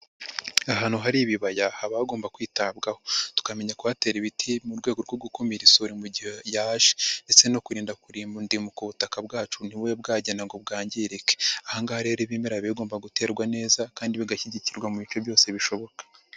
Ahantu hari ibibaya haba hagomba kwitabwaho, tukamenya kuhatera ibiti mu rwego rwo gukumira isuri mu gihe yaje ndetse no kurinda kurindimuka ubutaka bwacu ntibube bwagenda ngo bwangirike, aha ngaha rero ibimera biba bigomba guterwa neza kandi bigashyigikirwa mu bice byose bishoboka.